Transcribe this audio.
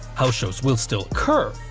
house shows will still occur,